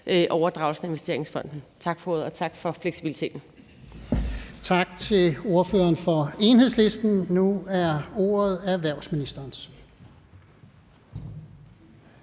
overdragelsen af investeringsfonden. Tak for ordet, og tak for fleksibiliteten.